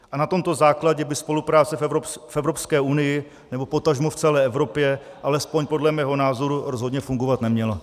A na tomto základě by spolupráce v Evropské unii, nebo potažmo v celé Evropě, alespoň podle mého názoru rozhodně fungovat neměla.